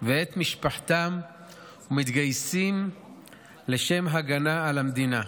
ואת משפחתם ומתגייסים לשם הגנה על המדינה.